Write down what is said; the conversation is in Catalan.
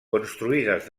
construïdes